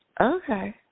Okay